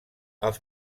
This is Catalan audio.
els